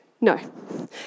No